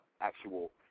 actual